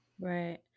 Right